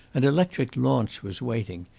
an electric launch was waiting.